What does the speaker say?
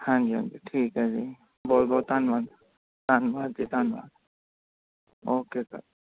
ਹਾਂਜੀ ਹਾਂਜੀ ਠੀਕ ਹੈ ਜੀ ਬਹੁਤ ਬਹੁਤ ਧੰਨਵਾਦ ਧੰਨਵਾਦ ਜੀ ਧੰਨਵਾਦ ਓਕੇ ਸਰ